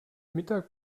mittag